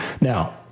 Now